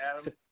Adam